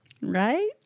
Right